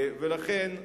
ולכן,